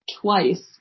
twice